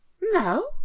No